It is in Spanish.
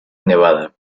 nevada